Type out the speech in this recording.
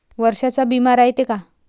वर्षाचा बिमा रायते का?